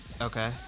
Okay